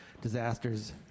disasters